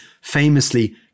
famously